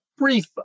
Brief